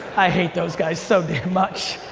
i hate those guys so damn much.